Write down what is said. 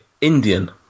Indian